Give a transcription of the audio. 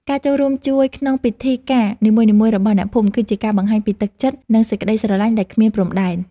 ការចូលរួមជួយក្នុងពិធីការនីមួយៗរបស់អ្នកភូមិ គឺជាការបង្ហាញពីទឹកចិត្តនិងសេចក្ដីស្រឡាញ់ដែលគ្មានព្រំដែន។